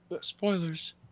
Spoilers